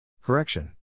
Correction